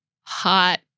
Hot